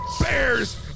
bears